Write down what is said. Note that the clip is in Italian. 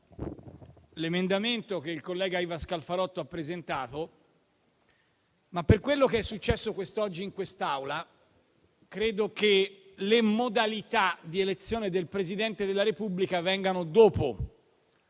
l'emendamento che il collega Ivan Scalfarotto ha presentato, ma per quello che è successo oggi in quest'Aula credo che le modalità di elezione del Presidente della Repubblica vengano dopo.